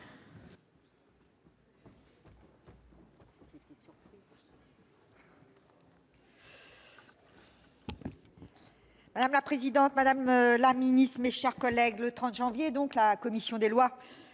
Madame la présidente, madame la ministre, mes chers collègues, le 30 janvier dernier, la commission des lois